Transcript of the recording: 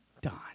done